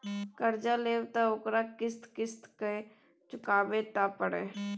कर्जा लेब त ओकरा किस्त किस्त कए केँ चुकबहिये टा पड़त